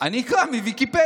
אני אקרא מוויקיפדיה.